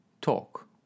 talk